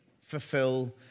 fulfill